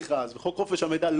וחוק חופש המידע לא חל,